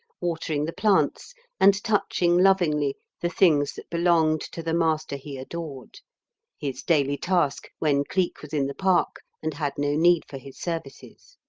watering the plants and touching lovingly the things that belonged to the master he adored his daily task when cleek was in the park and had no need for his services.